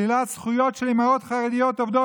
שלילת זכויות של אימהות חרדיות עובדות,